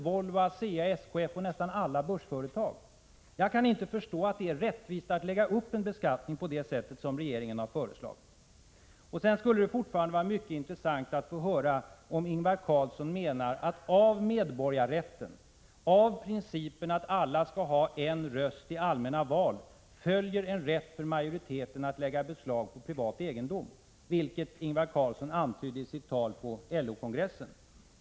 Volvo, ASEA, SKF och nästan alla andra börsföretag. Jag kan inte förstå att det är rättvist att lägga upp en beskattning så som regeringen har föreslagit. Vidare skulle det vara mycket intressant att få höra om Ingvar Carlsson menar att av medborgarrätten, av principen att alla skall ha en röst i allmänna val, följer en rätt för majoriteten att lägga beslag på privat egendom, vilket Ingvar Carlsson antydde i sitt tal på LO-kongressen.